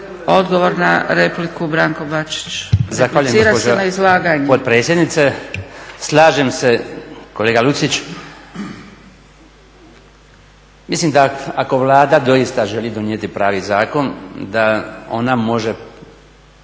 **Bačić, Branko (HDZ)** Zahvaljujem potpredsjednice. Slažem se kolega Lucić, mislim da ako Vlada doista želi donijeti pravi zakon da ona može